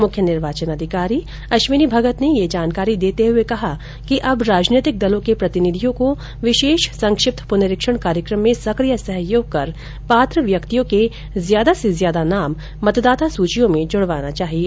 मुख्य निर्वाचन अधिकारी अश्विनी मगत ने ये जानकारी देते हुए कहा कि अब राजनीतिक दलों के प्रतिनिधियों को विशेष संक्षिप्त प्रनरीक्षण कार्यक्रम में सक्रिय सहयोग कर पात्र व्यक्तियों के ज्यादा से ज्यादा नाम मतदाता सूचियों में जुड़वाना चाहिए